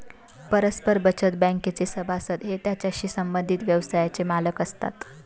परस्पर बचत बँकेचे सभासद हे त्याच्याशी संबंधित व्यवसायाचे मालक असतात